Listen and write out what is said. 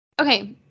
Okay